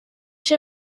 ich